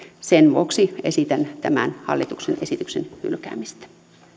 sen vuoksi esitän tämän hallituksen esityksen hylkäämistä